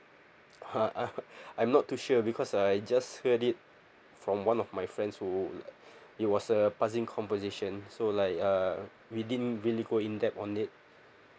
I'm not too sure because I just heard it from one of my friends who it was a passing conversation so like uh we didn't really go in depth on it